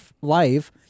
life